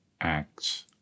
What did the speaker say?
acts